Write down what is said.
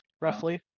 roughly